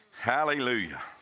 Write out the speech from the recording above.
Hallelujah